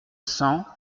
cents